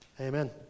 Amen